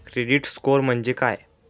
Credit score म्हणजे काय?